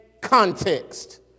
context